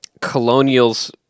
Colonial's